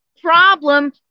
problem